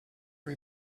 are